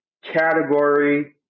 category